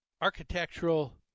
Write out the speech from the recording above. architectural